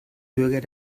bürger